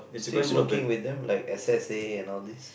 still working with them like S_S_A and all these